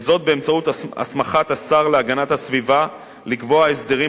וזאת באמצעות הסמכת השר להגנת הסביבה לקבוע הסדרים